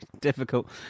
difficult